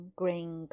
green